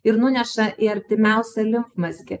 ir nuneša į artimiausią limfmazgį